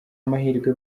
mahirwe